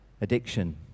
addiction